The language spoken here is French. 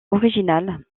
originale